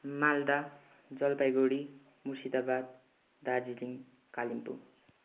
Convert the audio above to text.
Malda Jalpaiguri Murshidabad Darjeeling Kalimpong